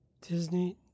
Disney